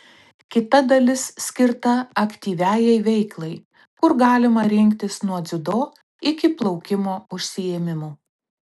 kita dalis skirta aktyviajai veiklai kur galima rinktis nuo dziudo iki plaukimo užsiėmimų